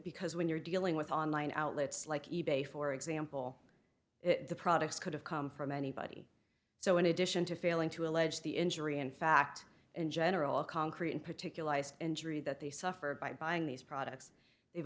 because when you're dealing with online outlets like e bay for example the products could have come from anybody so in addition to failing to allege the injury in fact in general concrete in particular injury that they suffered by buying these products they've